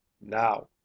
now